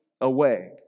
away